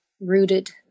rooted